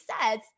says